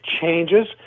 changes